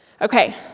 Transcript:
Okay